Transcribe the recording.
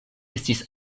estis